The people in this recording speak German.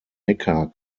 neckar